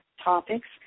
topics